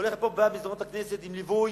הולכת פה במסדרונות הכנסת עם ליווי,